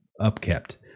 upkept